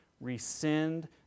rescind